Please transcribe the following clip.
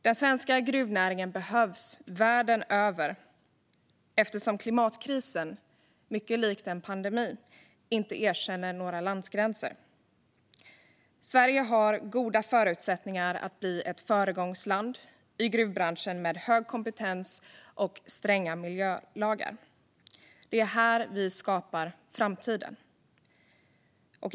Den svenska gruvnäringen behövs världen över eftersom klimatkrisen, i likhet med en pandemi, inte erkänner några landsgränser. Sverige har goda förutsättningar för att bli ett föregångsland i gruvbranschen med hög kompetens och stränga miljölagar. Det är här vi skapar framtiden.